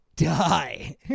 die